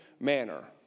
Manner